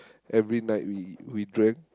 every night we we drank